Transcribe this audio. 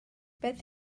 beth